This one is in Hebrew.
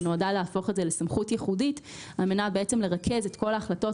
שנועדה להפוך את זה לסמכות ייחודית על מנת לרכז את כל ההחלטות